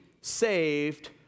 saved